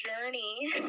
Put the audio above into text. journey